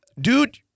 dude